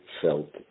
felt